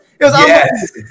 Yes